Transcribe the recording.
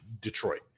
Detroit